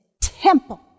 temple